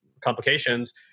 Complications